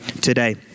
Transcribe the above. today